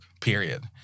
period